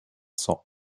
cents